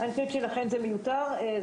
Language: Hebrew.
לכן זה מיותר.